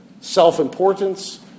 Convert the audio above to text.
self-importance